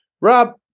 Rob